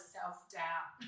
self-doubt